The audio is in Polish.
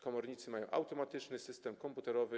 Komornicy mają automatyczny system komputerowy.